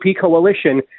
coalition